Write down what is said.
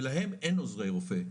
ולהם אין עוזרי רופא.